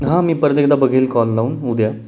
हां मी परत एकदा बघेल कॉल लावून उद्या